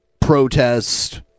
protest